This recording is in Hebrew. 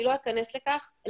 אני לא אכנס לשיח על זה,